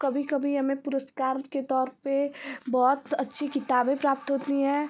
कभी कभी हमें पुरस्कार के तौर पर बहुत अच्छी किताबें प्राप्त होती हैं